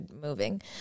moving